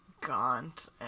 gaunt